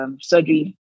surgery